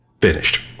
finished